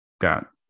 got